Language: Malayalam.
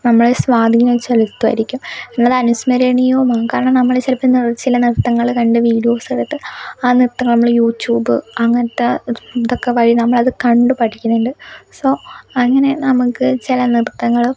നമ്മളുടെ സ്വാധീനം ചെലുത്തുമായിരിക്കും എന്നാലും അനുസ്മരണീയവും മുൻഗണനാ നമ്മൾ ചിലപ്പോൾ എന്താ ചില നൃത്തങ്ങൾ കണ്ട് വീഡിയോസിലൊക്കെ ആ നൃത്തം നമ്മൾ യൂട്യൂബ് അങ്ങനത്തെ ഇതൊക്കെ വഴി നമ്മളത് കണ്ട് പഠിക്കുന്നുണ്ട് സോ അങ്ങനെ നമുക്ക് ചില നൃത്തങ്ങൾ